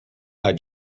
add